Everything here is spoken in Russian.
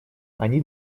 они